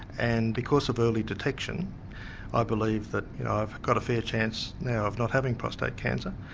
and because of early detection i believe that i've got a fair chance now of not having prostate cancer.